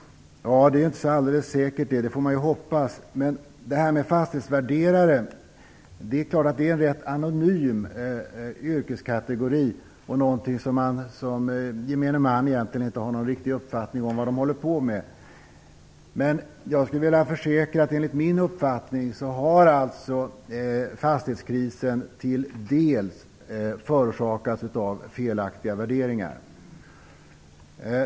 Det är inte så alldeles säkert det, men man får ju hoppas att det är så. Fastighetsvärderare är ju en rätt anonym yrkeskategori, och gemene man har egentligen ingen riktig uppfattning om vad de håller på med. Jag skulle dock vilja försäkra att fastighetskrisen enligt min mening till en del förorsakats av felaktiga värderingar.